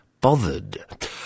bothered